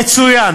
יצוין,